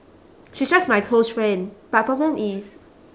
she's just my close friend but problem is